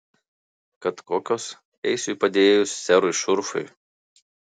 kad kokios eisiu į padėjėjus serui šurfui